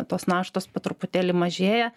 tos naštos po truputėlį mažėja